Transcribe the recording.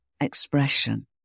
expression